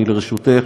אני לרשותך.